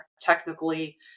technically